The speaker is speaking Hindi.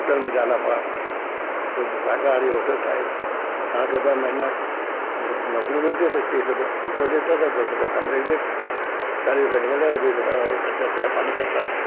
होटेल में जाना पड़ा शुद्ध शाकाहारी होटल था एक साठ रुपए महीना बस नौकरी मिलते थे तीस रुपए उनको देता था दस रुपए कमरे क देता था चालीस रुपए निकलता था बीस रुपए और खर्चा चाय पानी करता था